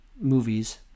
movies